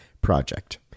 project